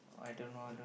I don't know I don't know